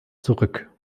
zurück